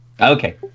Okay